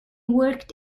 worked